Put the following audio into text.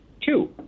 Two